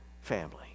family